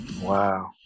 Wow